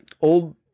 old